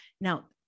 Now